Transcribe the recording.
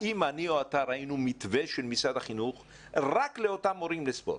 האם אני או אתה ראינו מתווה של משרד החינוך רק לאותם מורים לספורט,